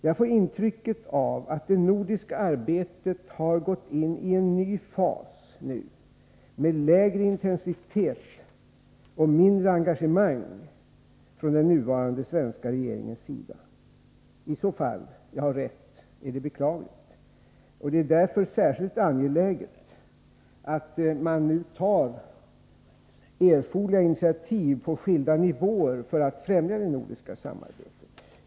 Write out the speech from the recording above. Jag får intrycket att det nordiska arbetet nu har gått in i en ny fas, med lägre intensitet och mindre engagemang från den nuvarande svenska regeringens sida. Om en sådan förändring skett är det beklagligt. Det är mot den bakgrunden angeläget att man nu tar erforderliga initiativ på skilda nivåer för att främja det nordiska samarbetet.